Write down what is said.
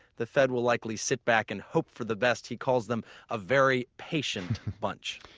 the fed will likely sit back and hope for the best. he calls them a very patient bunch.